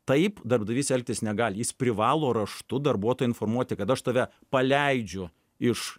taip darbdavys elgtis negali jis privalo raštu darbuotoją informuoti kad aš tave paleidžiu iš